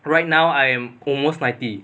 right now I am almost ninety